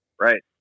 right